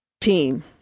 team